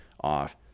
off